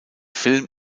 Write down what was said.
film